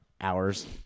hours